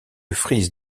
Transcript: frise